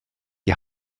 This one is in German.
die